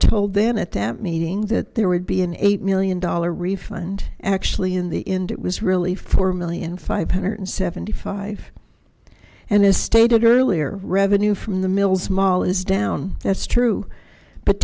told then at that meeting that there would be an eight million dollar refund actually in the end it was really four million five hundred seventy five and as stated earlier revenue from the mills mall is down that's true but